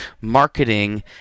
marketing